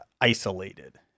isolated